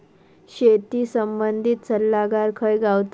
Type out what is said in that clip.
शेती संबंधित सल्लागार खय गावतलो?